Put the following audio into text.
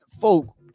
folk